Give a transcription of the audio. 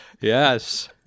Yes